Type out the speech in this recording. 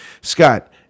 Scott